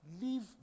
Leave